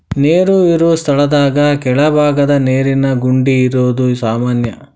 ನೇರ ಇರು ಸ್ಥಳದಾಗ ಕೆಳಬಾಗದ ನೇರಿನ ಗುಂಡಿ ಇರುದು ಸಾಮಾನ್ಯಾ